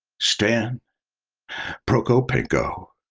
stan prokopenko.